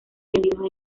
vendidos